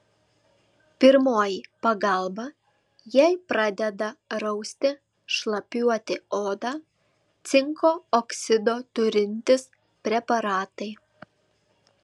pirmoji pagalba jei pradeda rausti šlapiuoti oda cinko oksido turintys preparatai